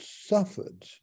suffered